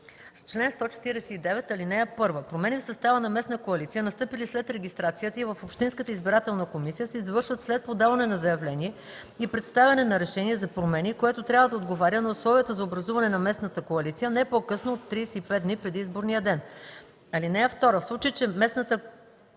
Чл. 149. (1) Промени в състава на местна коалиция, настъпили след регистрацията й в общинската избирателна комисия, се извършват след подаване на заявление и представяне на решение за промени, което трябва да отговаря на условията за образуване на местната коалиция не по-късно от 35 дни преди изборния ден. (2) В случай че в местната